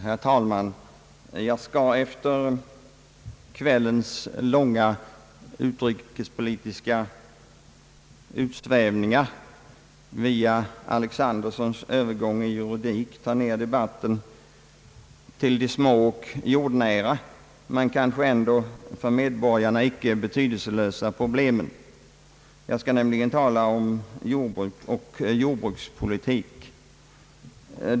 Herr talman! Jag skall efter kvällens långa utrikespolitiska utsvävningar via herr Alexandersons tal om juridik ta ner debatten till de små och jordnära men kanske ändå för medborgarna icke betydelselösa problemen. Jag skall nämligen tala om jordbrukspolitik.